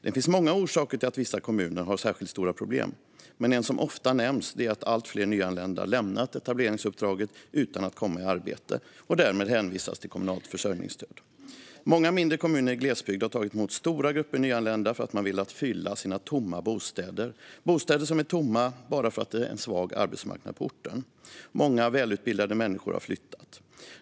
Det finns många orsaker till att vissa kommuner har särskilt stora problem, men en som ofta nämns är att allt fler nyanlända lämnar etableringsuppdraget utan att komma i arbete och därmed hänvisas till kommunalt försörjningsstöd. Många mindre kommuner i glesbygd har tagit emot stora grupper nyanlända då man velat fylla sina tomma bostäder - bostäder som är tomma bara för att man har en svag arbetsmarknad på orten. Många välutbildade människor har flyttat.